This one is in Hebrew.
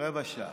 רבע שעה.